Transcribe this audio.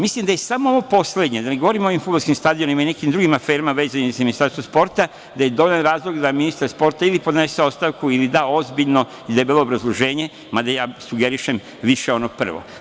Mislim da je samo ovo poslednje, da ne govorim o fudbalskim stadionima i nekim drugim aferama vezanim za Ministarstvo sporta gde je dovoljan razlog da ministar sporta ili podnese ostavku ili da ozbiljno i debelo obrazloženje, mada sugerišem više ono prvo.